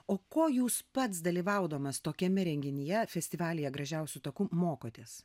o kuo jūs pats dalyvaudamas tokiame renginyje festivalyje gražiausiu taku mokotės